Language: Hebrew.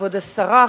כבוד השרה,